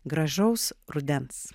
gražaus rudens